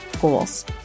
goals